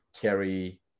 carry